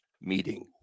meeting